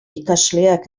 ikasleak